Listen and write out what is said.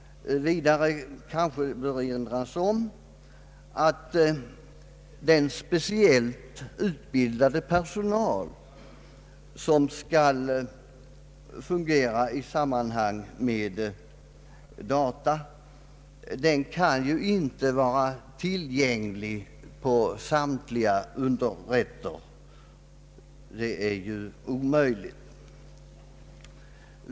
Vidare kanske bör erinras om att den speciellt utbildade personal som skall svara för databehandlingen inte kan vara tillgänglig vid samtliga underrätter.